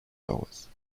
paroisses